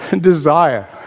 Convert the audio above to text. desire